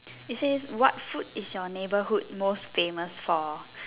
it says what food is your neighbourhood most famous for